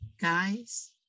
guys